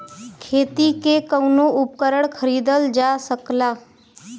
खेती के कउनो उपकरण खरीदल जा सकला